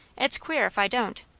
it's queer if i don't.